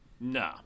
Nah